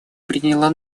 приняла